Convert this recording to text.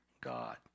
God